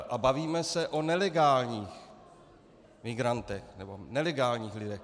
A bavíme se o nelegálních migrantech nebo nelegálních lidech.